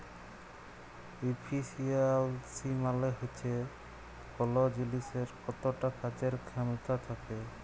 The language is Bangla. ইফিসিয়ালসি মালে হচ্যে কল জিলিসের কতট কাজের খ্যামতা থ্যাকে